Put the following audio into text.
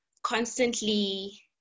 constantly